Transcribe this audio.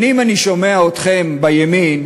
שנים אני שומע אתכם קוראים,